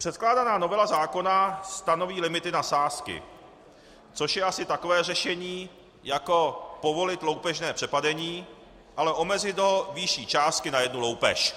Předkládaná novela zákona stanoví limity na sázky, což je asi takové řešení jako povolit loupežné přepadení, ale omezit ho výší částky na jednu loupež.